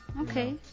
okay